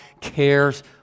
cares